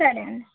సరే అండి